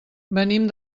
venim